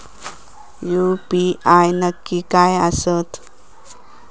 UPI नक्की काय आसता?